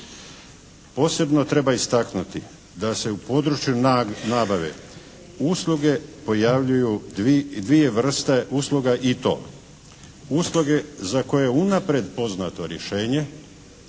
Posebno treba istaknuti da se u području nabave usluge pojavljuju dvije vrste usluga i to usluge za koje je unaprijed poznato rješenje